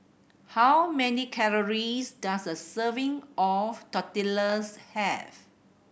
how many calories does a serving of Tortillas have